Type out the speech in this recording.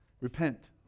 Repent